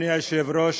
אדוני היושב-ראש,